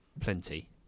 plenty